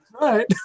right